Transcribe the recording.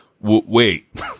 wait